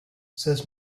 says